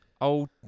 old